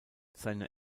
seine